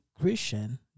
Christian